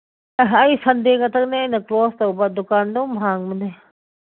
ꯑꯩ ꯁꯟꯗꯦꯈꯛꯇꯪꯅꯦ ꯑꯩꯅ ꯀ꯭ꯂꯣꯁ ꯇꯧꯕ ꯗꯨꯀꯥꯟ ꯑꯗꯨꯝ ꯍꯥꯡꯕꯅꯦ